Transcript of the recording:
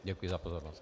Děkuji za pozornost.